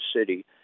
city